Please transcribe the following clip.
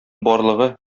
барлыгы